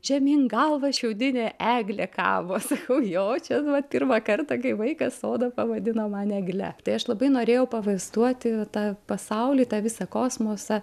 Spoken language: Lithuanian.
žemyn galva šiaudinė eglė kabo sakau jo čia vat pirmą kartą kai vaikas sodą pavadino man egle tai aš labai norėjau pavaizduoti tą pasaulį tą visą kosmosą